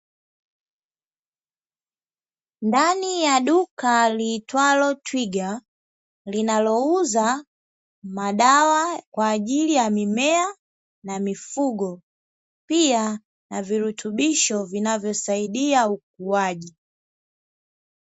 Ndani ya duka liitwalo "TWIGWA" linalouza madawa kwa ajili ya mimea na mifugo pia na virutubisho vinavyosaidia ukuaji.